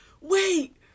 wait